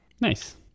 Nice